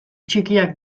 txikiak